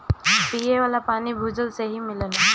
पिये वाला पानी भूजल से ही मिलेला